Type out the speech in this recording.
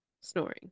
snoring